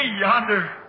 yonder